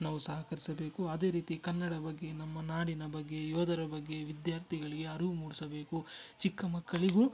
ನಾವು ಸಹಕರಿಸಬೇಕು ಅದೇ ರೀತಿ ಕನ್ನಡ ಬಗ್ಗೆ ನಮ್ಮ ನಾಡಿನ ಬಗ್ಗೆ ಯೋಧರ ಬಗ್ಗೆ ವಿದ್ಯಾರ್ಥಿಗಳಿಗೆ ಅರಿವು ಮೂಡಿಸಬೇಕು ಚಿಕ್ಕ ಮಕ್ಕಳಿಗೂ